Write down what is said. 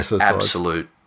absolute